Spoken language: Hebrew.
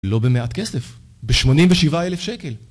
לא במעט כסף, ב-87,000 שקל